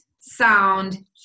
sound